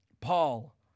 Paul